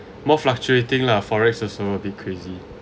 more fluctuating lah forex also a bit crazy